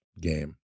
game